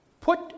Put